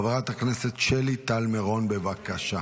חברת הכנסת שלי טל מירון, בבקשה.